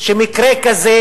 שמקרה כזה,